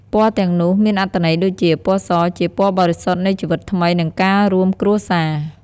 ពណ៌ទាំងនោះមានអត្ថន័យដូចជា ពណ៌ស ជាពណ៌បរិសុទ្ធនៃជីវិតថ្មី និងការរួមគ្រួសារ។